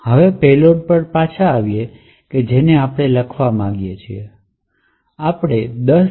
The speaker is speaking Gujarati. હવે પેલોડ પર પાછા આવીએ કે જેને આપણે લખવા માંગીએ છીએ આપણે 10